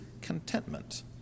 contentment